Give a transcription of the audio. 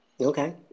okay